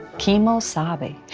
ke-mo sah-bee.